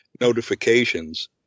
notifications